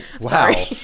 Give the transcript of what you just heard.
Wow